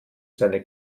seine